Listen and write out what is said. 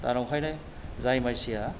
दा ओंखायनो जाय मानसिया